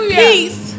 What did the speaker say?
peace